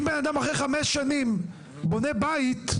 אם בן אדם אחרי חמש שנים בונה בית,